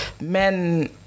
men